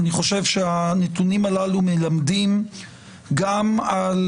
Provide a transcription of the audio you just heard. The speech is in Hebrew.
אני חושב שהנתונים הללו מלמדים גם על